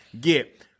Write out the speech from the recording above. get